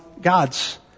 God's